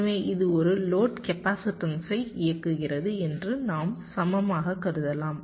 எனவே இது ஒரு லோட் கேபாசிடன்சை இயக்குகிறது என்று நாம் சமமாக கருதலாம்